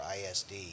ISD